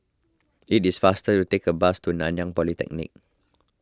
it is faster to take a bus to Nanyang Polytechnic